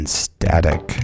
static